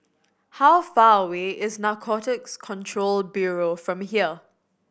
how far away is Narcotics Control Bureau from here